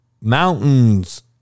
mountains